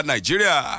Nigeria